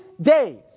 days